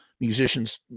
musicians